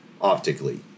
optically